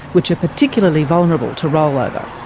which are particularly vulnerable to rollover.